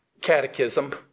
catechism